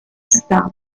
stampa